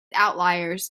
outliers